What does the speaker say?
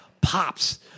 pops